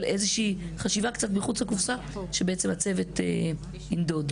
איזושהי חשיבה מחוץ לקופסה שבעצם הצוות ינדוד.